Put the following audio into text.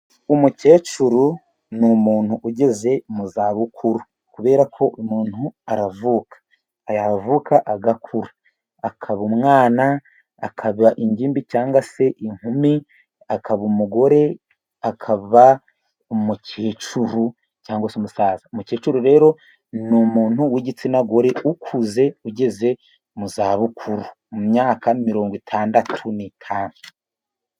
Umukecuru ni umuntuntu ugeze mu za bukuru. Kubera ko umuntu aravuka, yavuka agakura, akaba umwana, akaba ingimbi cyangwa se inkumi, akaba umugore, akaba umukecuru cyangwa se umusaza. Umukecuru rero ni umuntu w'igitsina gore ukuze, ugeze mu za bukuru, mu myaka mirongo itandatu n'itanu.